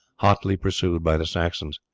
hotly pursued by the saxons.